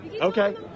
Okay